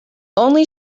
only